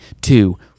two